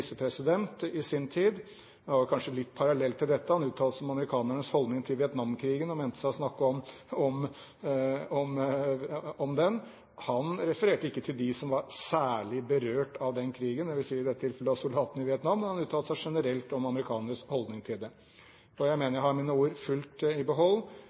i sin tid. Det er kanskje en parallell til dette. Han uttalte seg om amerikanernes holdning til Vietnam-krigen og mente å snakke om den. Han refererte ikke til dem som var særlig berørt av den krigen, det vil i dette tilfellet da si soldatene i Vietnam, men han uttalte seg generelt om amerikanernes holdning til den. Jeg mener jeg har mine ord fullt i behold.